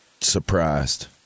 surprised